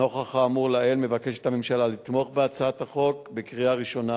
נוכח האמור לעיל מבקשת הממשלה לתמוך בהצעת החוק בקריאה ראשונה